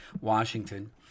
Washington